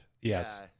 Yes